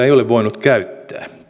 ei ole voinut käyttää